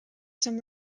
some